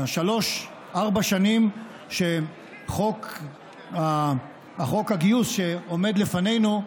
שלוש-ארבע השנים של חוק הגיוס שעומד לפנינו,